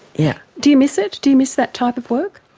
yeah do you miss it, do you miss that type of work?